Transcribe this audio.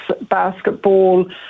basketball